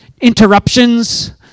interruptions